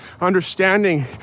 understanding